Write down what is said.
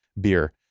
beer